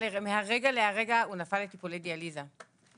מהרגע להרגע הוא נפל לטיפולי דיאליזה.